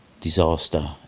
disaster